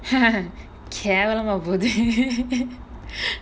கேவலமா போது:kaevalamaa pothu